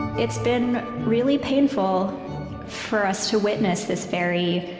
it's been really painful for us to witness this very